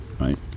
right